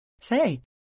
Say